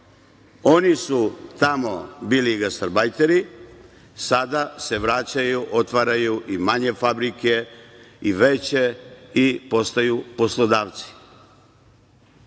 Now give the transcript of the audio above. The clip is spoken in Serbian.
Oni su tamo bili gastarbajteri, sada se vraćaju, otvaraju i manje fabrike i veće i postaju poslodavci. Ja